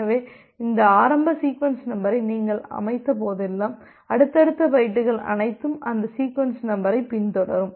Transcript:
எனவே இந்த ஆரம்ப சீக்வென்ஸ் நம்பரை நீங்கள் அமைத்த போதெல்லாம் அடுத்தடுத்த பைட்டுகள் அனைத்தும் அந்த சீக்வென்ஸ் நம்பரைப் பின்தொடரும்